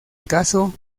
caso